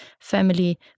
family